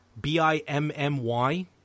B-I-M-M-Y